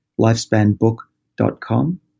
Lifespanbook.com